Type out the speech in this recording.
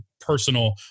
personal